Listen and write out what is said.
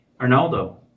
Arnaldo